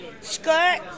skirt